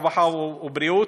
הרווחה והבריאות,